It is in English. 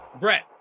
Brett